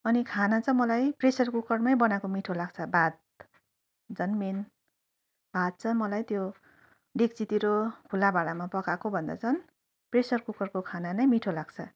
अनि खाना चाहिँ मलाई प्रेसर कुकरमै बनाएको मिठो लाग्छ भात झन् मेन भात चाहिँ मलाई त्यो डेक्चीतिर खुल्ला भाँडामा पकाएकोभन्दा चाहिँ प्रेसर कुकरको खाना नै मिठो लाग्छ